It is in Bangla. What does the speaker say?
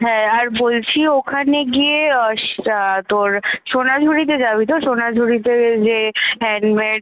হ্যাঁ আর বলছি ওখানে গিয়ে তোর সোনাঝুরিতে যাবি তো সোনারঝুরিতে গিয়ে হ্যান্ডমেড